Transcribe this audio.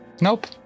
nope